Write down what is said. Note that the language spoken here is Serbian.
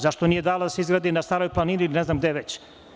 Zašto nije dala da se izgradi na Staroj Planini ili ne znam gde već?